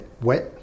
wet